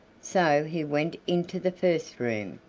so he went into the first room.